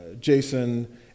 Jason